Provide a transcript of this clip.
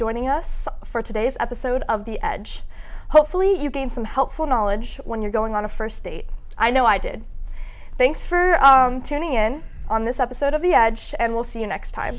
joining us for today's episode of the edge hopefully you gain some helpful knowledge when you're going on a first date i know i did thanks for joining in on this episode of the ad and we'll see you next time